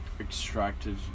extracted